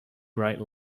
bright